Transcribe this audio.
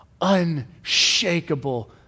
unshakable